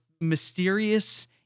mysterious